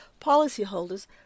policyholders